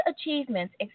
achievements